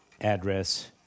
address